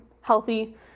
healthy